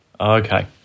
okay